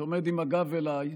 שעומד עם הגב אליי.